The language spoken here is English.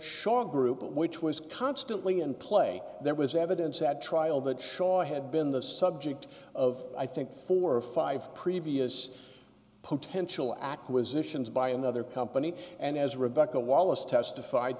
schorr group which was constantly in play there was evidence at trial that shaw had been the subject of i think four or five previous potential acquisitions by another company and as rebecca wallace testified